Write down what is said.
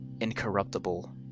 incorruptible